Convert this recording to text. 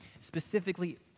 specifically